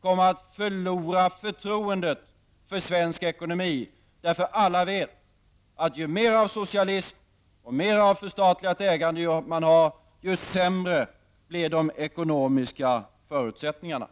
kommer att förlora förtroendet för svensk ekonomi. Alla vet att ju mer av socialism och förstatligat ägande man har, desto sämre blir de ekonomiska förutsättningarna.